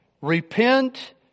repent